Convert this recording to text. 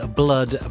blood